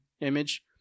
image